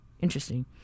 Interesting